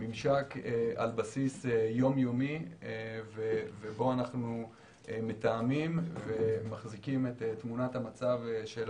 ממשק על בסיס יום-יומי ובו אנחנו מתאמים ומחזיקים את תמונת המצב של